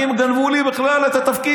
אני, הם גנבו לי בכלל את התפקיד.